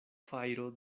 fajro